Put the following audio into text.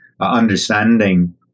understanding